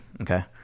okay